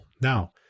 Now